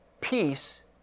peace